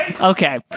Okay